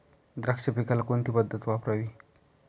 द्राक्ष पिकाला कोणती पद्धत वापरावी?